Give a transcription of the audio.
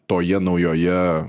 toje naujoje